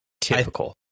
typical